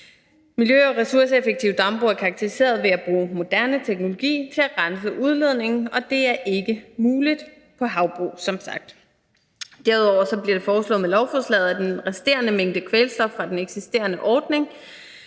Miljø- og ressourceeffektive dambrug er karakteriseret ved at bruge moderne teknologi til at rense udledningen, og det er som sagt ikke muligt for havbrug. Derudover bliver det med lovforslaget foreslået, at den resterende mængde kvælstof fra den eksisterende ordning